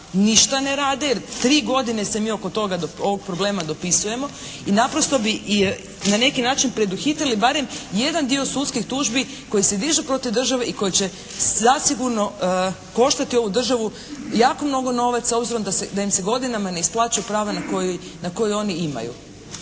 ništa ne rade jer 3 godine se mi oko toga, ovog problema dopisujemo i naprosto bi na neki način preduhitrili barem jedan dio sudskih tužbi koje se dižu protiv države i koje će zasigurno koštati ovu državu jako mnogo novaca obzirom da se, da im se godinama ne isplaćuju prava na koje, na koji